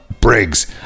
Briggs